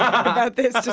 um about this, just